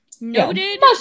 Noted